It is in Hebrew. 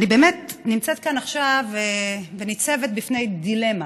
אני באמת נמצאת כאן עכשיו וניצבת בפני דילמה.